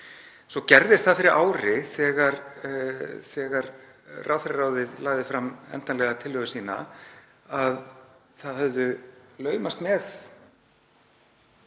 Svo gerðist það fyrir ári, þegar ráðherraráðið lagði fram endanlega tillögu sína, að það höfðu laumast með